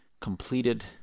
completed